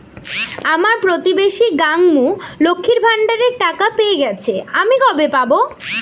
আমার প্রতিবেশী গাঙ্মু, লক্ষ্মীর ভান্ডারের টাকা পেয়ে গেছে, আমি কবে পাব?